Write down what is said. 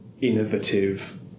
innovative